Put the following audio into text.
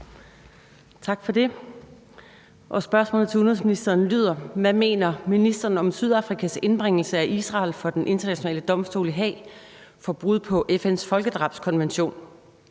Tak for det. Spørgsmålet til udenrigsministeren lyder: Hvad mener ministeren om Sydafrikas indbringelse af Israel for Den Internationale Domstol i Haag for brud på FN’s folkedrabskonvention,